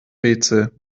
rätsel